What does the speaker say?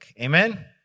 Amen